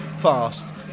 fast